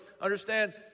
Understand